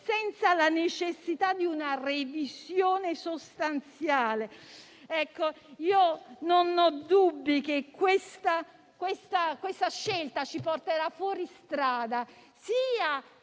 senza la necessità di una revisione sostanziale. Non ho dubbi che questa scelta ci porterà fuori strada: sia